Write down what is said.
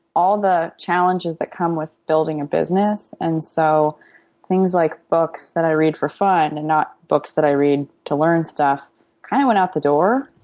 all the challenges that come with building a business. and so things like books that i read of fun and not books that i read to learn stuff kind of went out the door.